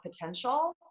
potential